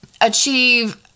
achieve